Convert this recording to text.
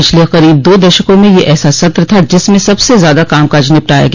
पिछले करीब दो दशकों में यह ऐसा सत्र था जिसमें सबसे ज्यादा कामकाज निपटाया गया